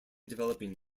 developing